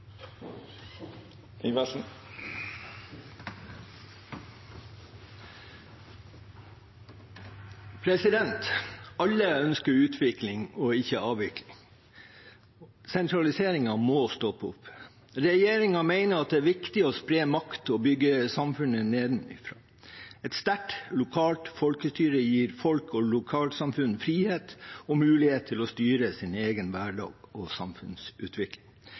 Alle ønsker utvikling – og ikke avvikling. Sentraliseringen må stoppe opp. Regjeringen mener det er viktig å spre makt og bygge samfunnet nedenfra. Et sterkt lokalt folkestyre gir folk og lokalsamfunn frihet og mulighet til å styre sin egen hverdag og samfunnsutvikling.